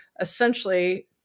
essentially